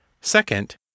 Second